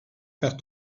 faire